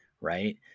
right